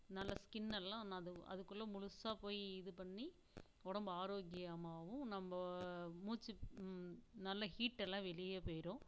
நல்லா ஸ்கின்னெல்லாம் அது அதுக்குள்ளே முழுசாக போய் இது பண்ணி உடம்பு ஆரோக்கியமாகவும் நம்ம மூச்சு நல்லா ஹீட்டெல்லாம் வெளியே போயிடும்